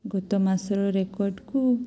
ଗତ ମାସର ରେକର୍ଡ଼୍କୁ